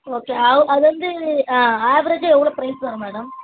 okay அவ் அது வந்து ஆவ்ரேஜாக எவ்வளோ ஃபிரைஸ் வரும் மேடம்